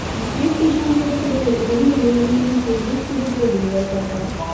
sweet डिशान कितें कितें होम डिलिवरींत तुमी स्वीट डीश कितें कितें डिलिवर करतात